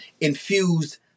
infused